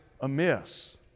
amiss